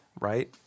Right